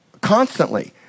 constantly